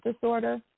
disorder